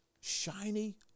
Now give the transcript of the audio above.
shiny